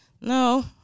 no